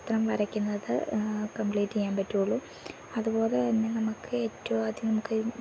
ചിത്രം വരയ്ക്കുന്നത് കമ്പ്ലീറ്റ് ചെയ്യാൻ പറ്റുകയുള്ളൂ അതുപോലെ തന്നെ നമുക്ക് ഏറ്റവും ആദ്യം നമുക്ക്